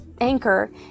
anchor